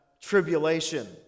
tribulation